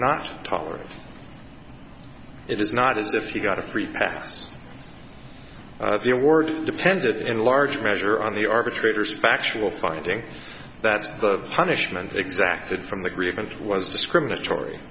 not tolerated it is not as if he got a free pass the award depended in large measure on the arbitrator's factual finding that the punishment exacted from the grievance was discriminatory